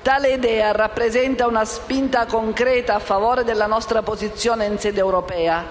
Tale idea rappresenta una spinta concreta a favore della nostra posizione in sede europea,